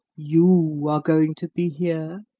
you are going to be here.